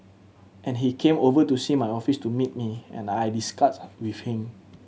and he came over to see my office to meet me and I discussed with him